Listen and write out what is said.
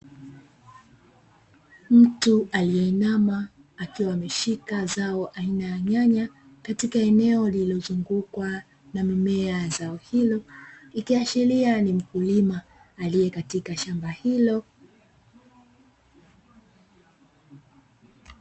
Mtu aliyeinama akiwa ameshika zao aina ya nyanya, katika eneo lililozungukwa na mimea ya zao hilo ikiashiria ni mkulima aliyekatika shamba hilo.